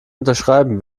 unterschreiben